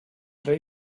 rey